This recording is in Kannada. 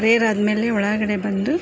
ಪ್ರೇಯರ್ ಆದಮೇಲೆ ಒಳಗಡೆ ಬಂದು